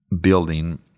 building